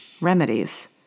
remedies